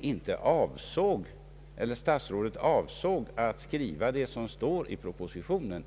inte avsåg att skriva det som står i propostionen.